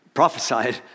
Prophesied